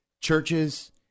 churches